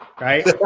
right